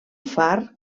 far